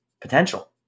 potential